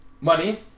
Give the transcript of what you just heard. money